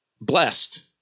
blessed